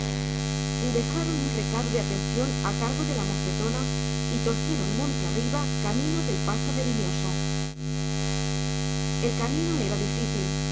dejaron un recado de atención a cargo de la mocetona y torcieron monte arriba camino del pazo de limioso el camino era difícil